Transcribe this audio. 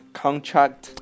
contract